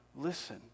listen